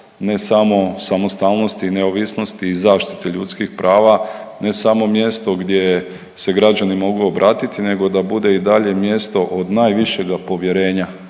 ne samo samostalnosti i neovisnosti i zaštite ljudskih prava, ne samo mjesto gdje se građani mogu obratiti nego da bude i dalje mjesto od najvišega povjerenja